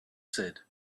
said